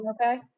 okay